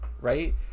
right